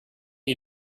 you